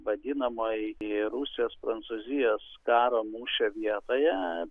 vadinamoj rusijos prancūzijos karo mūšio vietoje